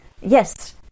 Yes